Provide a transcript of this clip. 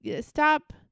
Stop